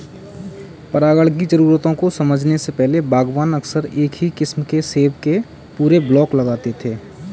परागण की जरूरतों को समझने से पहले, बागवान अक्सर एक ही किस्म के सेब के पूरे ब्लॉक लगाते थे